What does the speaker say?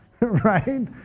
right